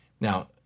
Now